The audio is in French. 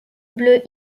bleu